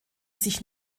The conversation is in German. sich